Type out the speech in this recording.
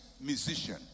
musician